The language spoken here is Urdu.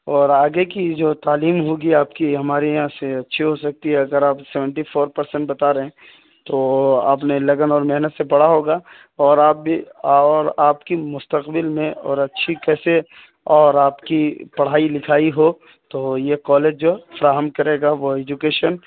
اور آگے کی جو تعلیم ہوگی آپ کی ہمارے یہاں سے اچھی ہو سکتی ہے اگر آپ سیونٹی فور پرسنٹ بتا رہے ہیں تو آپ نے لگن اور محنت سے پڑھا ہوگا اور آپ بھی اور آپ کی مستقبل میں اور اچھی کیسے اور آپ کی پڑھائی لکھائی ہو تو یہ کالج جو فراہم کرے گا وہ ایجوکیشن